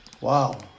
Wow